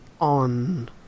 on